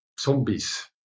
zombies